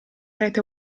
rete